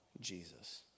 Jesus